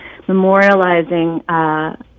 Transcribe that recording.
memorializing